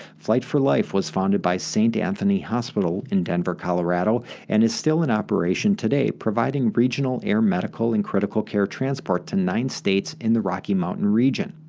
flight for life was founded by st. anthony hospital in denver, colorado and is still in operation today, providing regional air medical and critical care transport to nine states in the rocky mountain region.